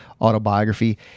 autobiography